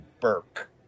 burke